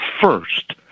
first